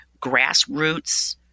grassroots